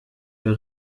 der